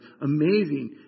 amazing